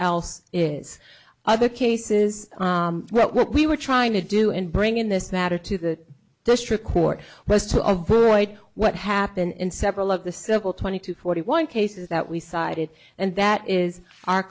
else is other cases but what we were trying to do in bringing this matter to the district court was to avoid what happened in several of the cynical twenty two forty one cases that we cited and that is our